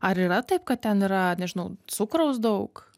ar yra taip kad ten yra nežinau cukraus daug